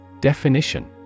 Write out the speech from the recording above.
Definition